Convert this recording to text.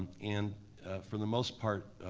and for the most part,